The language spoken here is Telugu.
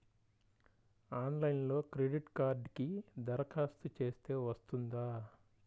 ఆన్లైన్లో క్రెడిట్ కార్డ్కి దరఖాస్తు చేస్తే వస్తుందా?